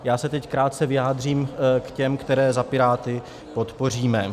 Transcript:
Já se teď krátce vyjádřím k těm, které za Piráty podpoříme.